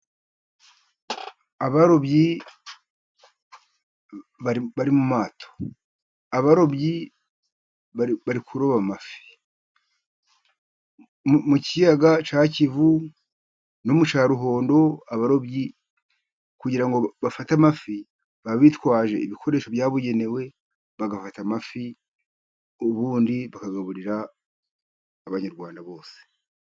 Abarobyi bari mu mato, abarobyi bari kuroba amafi, mu kiyaga Kivu ni mu cya Ruhondo, abarobyi kugira ngo bafate amafi, baba bitwaje ibikoresho byabugenewe, bagafata amafi, ubundi bakagaburira abanyarwanda bose.